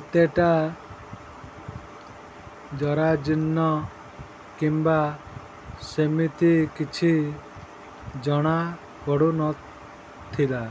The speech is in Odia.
ଏତେଟା ଜରାଜୀର୍ଣ୍ଣ କିମ୍ବା ସେମିତି କିଛି ଜଣାପଡ଼ୁନଥିଲା